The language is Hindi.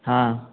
हाँ